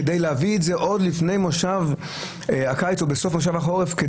כדי להביא את זה עוד לפני מושב הקיץ או בסוף מושב החורף,